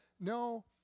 no